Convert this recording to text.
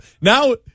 Now